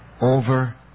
over